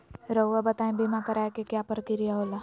रहुआ बताइं बीमा कराए के क्या प्रक्रिया होला?